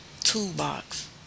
toolbox